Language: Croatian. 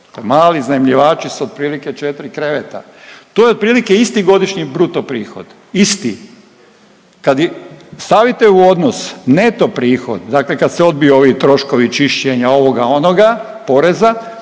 mali iznajmljivači su otprilike 4 kreveta, to je otprilike isti godišnji bruto prihod. Isti. Kad stavite u odnos neto prihod, dakle kad se odbiju ovi troškovi čišćenja ovoga onoga, poreza